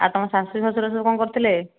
ଆଉ ତମ ଶାଶୁ ଶ୍ୱଶୁର ସବୁ କ'ଣ କରୁଥିଲେ